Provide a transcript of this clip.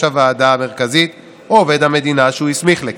הוועדה המרכזית או עובד המדינה שהוא הסמיך לכך.